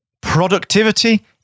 Productivity